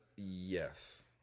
yes